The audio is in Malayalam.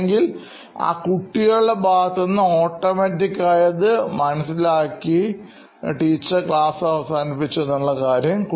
അല്ലെങ്കിൽ ആ കുട്ടികളുടെ ഭാഗത്തുനിന്ന് ഓട്ടോമാറ്റിക്കായി മനസ്സിലാക്കി ഇരിക്കാം ടീച്ചർ ക്ലാസ് അവസാനിച്ചു എന്നുള്ള കാര്യം